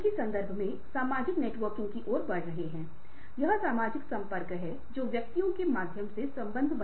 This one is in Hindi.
और कार्यालय अव्यवस्थित दिख रहा था और वह उन लोगों के बारे में परेशान नहीं था जो उसके साथ काम कर रहे हैं